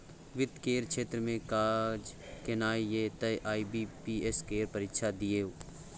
वित्त केर क्षेत्र मे काज केनाइ यै तए आई.बी.पी.एस केर परीक्षा दियौ